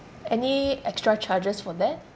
any extra charges for that